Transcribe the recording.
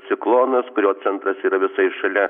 ciklonas kurio centras yra visai šalia